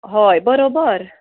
हय बरोबर